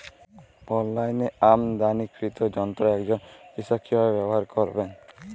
অনলাইনে আমদানীকৃত যন্ত্র একজন কৃষক কিভাবে ব্যবহার করবেন?